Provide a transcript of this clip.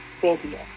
video